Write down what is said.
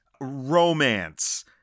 romance